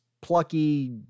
plucky